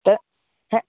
তো হ্যাঁ